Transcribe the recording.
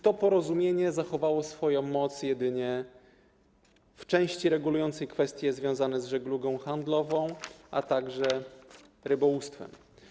To porozumienie zachowało swoją moc jedynie w części regulującej kwestie związane z żeglugą handlową, a także rybołówstwem.